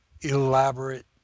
elaborate